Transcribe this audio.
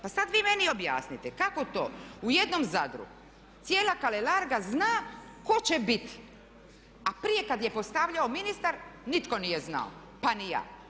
Pa sad vi meni objasnite kako to u jednom Zadru cijela Kalelarga zna tko će biti a prije kad je postavljao ministar nitko nije znao pa ni ja.